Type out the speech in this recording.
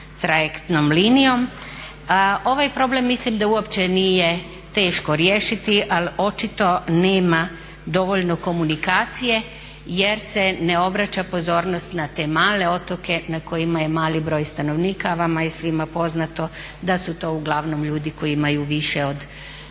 trajektnom linijom. Ovaj problem mislim da uopće nije teško riješiti, ali očito nema dovoljno komunikacije, jer se ne obraća pozornost na te male otoke na kojima je mali broj stanovnika, a vama je svima poznato da su to uglavnom ljudi koji imaju više od 60 godina.